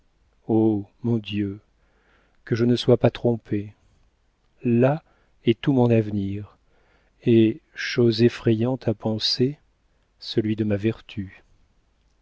mon dieu que je ne sois pas trompée là est tout mon avenir et chose effrayante à penser celui de ma vertu